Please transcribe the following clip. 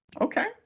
Okay